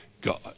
God